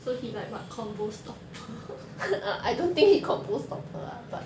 so he like what convo stopper